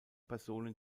personen